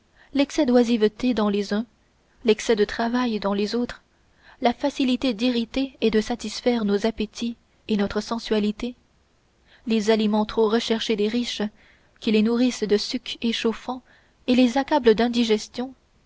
l'excès d'oisiveté dans les uns l'excès de travail dans les autres la facilité d'irriter et de satisfaire nos appétits et notre sensualité les aliments trop recherchés des riches qui les nourrissent de sucs échauffants et les accablent d'indigestions